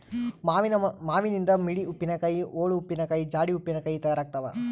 ಮಾವಿನನಿಂದ ಮಿಡಿ ಉಪ್ಪಿನಕಾಯಿ, ಓಳು ಉಪ್ಪಿನಕಾಯಿ, ಜಾಡಿ ಉಪ್ಪಿನಕಾಯಿ ತಯಾರಾಗ್ತಾವ